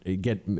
get